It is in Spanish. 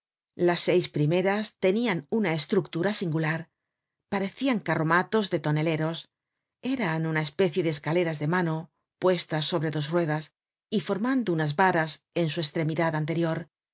las seis primeras tenian una estructura singular parecian carromatos de toneleros eran una especie de escaleras de mano puestas sobre dos ruedas y formando unas varas en su estremidad anterior